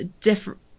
different